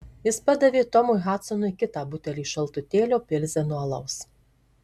jis padavė tomui hadsonui kitą butelį šaltutėlio pilzeno alaus